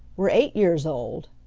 were eight years old,